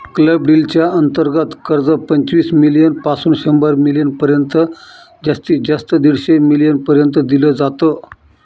club deal च्या अंतर्गत कर्ज, पंचवीस मिलीयन पासून शंभर मिलीयन पर्यंत जास्तीत जास्त दीडशे मिलीयन पर्यंत दिल जात